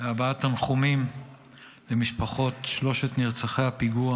בהבעת תנחומים למשפחות שלושת נרצחי הפיגוע